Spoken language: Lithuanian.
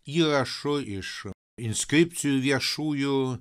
įrašų iš inskripcijų viešųjų